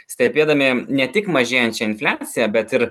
stebėdami ne tik mažėjančią infliaciją bet ir